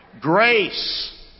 Grace